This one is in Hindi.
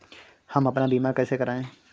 हम अपना बीमा कैसे कराए?